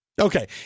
Okay